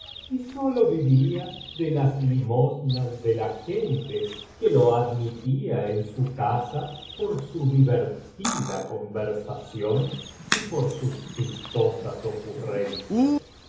y sólo vivía de las limosnas de la gente que lo admitía en su casa por su divertida conversación y por sus chistosas ocurrencias un